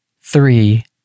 three